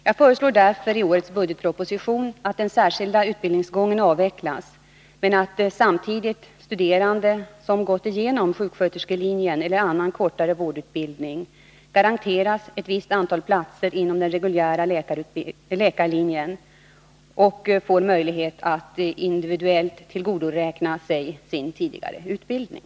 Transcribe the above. Jag föreslår därför i årets budgetproposition att den särskilda utbildningsgången avvecklas men att samtidigt studerande som gått igenom sjuksköterskelinjen eller annan kortare vårdutbildning garanteras ett visst antal platser inom den reguljära läkarlinjen och ges möjlighet att individuellt tillgodoräkna sig sin tidigare utbildning.